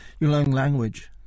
language